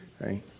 right